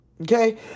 Okay